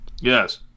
Yes